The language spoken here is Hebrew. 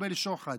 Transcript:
מקבל שוחד.